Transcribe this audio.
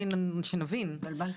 זה קצת מבלבל.